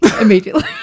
immediately